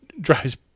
drives